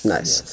Nice